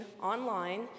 online